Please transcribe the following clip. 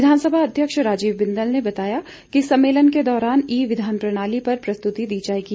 विधानसभा अध्यक्ष राजीव बिंदल ने बताया है कि सम्मेलन के दौरान ई विघान प्रणाली पर प्रस्तुति दी जाएगी